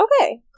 okay